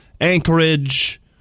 Anchorage